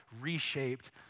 reshaped